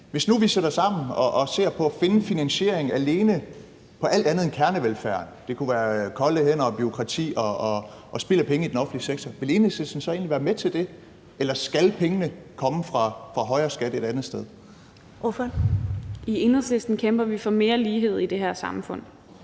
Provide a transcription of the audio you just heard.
Hvis nu vi sætter os sammen og ser på at finde finansiering alene på alt andet end kernevelfærden – det kunne være kolde hænder og bureaukrati og spild af penge i den offentlige sektor – vil Enhedslisten så egentlig være med til det, eller skal pengene komme fra højere skat et andet sted? Kl. 11:08 Første næstformand (Karen Ellemann):